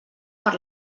per